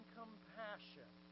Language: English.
compassion